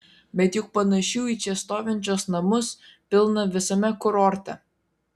bet juk panašių į čia stovinčius namus pilna visame kurorte